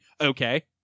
okay